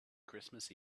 christmas